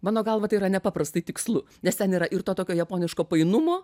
mano galva tai yra nepaprastai tikslu nes ten yra ir to tokio japoniško painumo